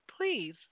please